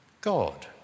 God